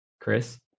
Chris